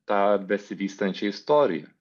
tą besivystančią istoriją